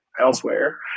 elsewhere